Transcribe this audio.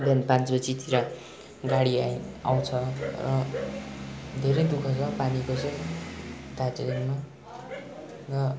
बिहान पाँच बजीतिर गाडी आयो भने आउँछ र धेरै दुःख छ पानीको चाहिँ दार्जिलिङमा र